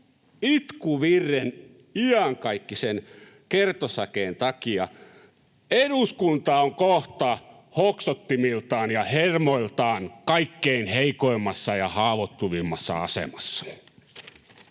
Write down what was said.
Itkuvirren iänkaikkisen kertosäkeen takia / eduskunta on kohta hoksottimiltaan ja hermoiltaan / kaikkein heikoimmassa ja haavoittuvimmassa asemassa.